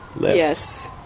Yes